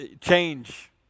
change